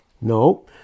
No